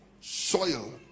soil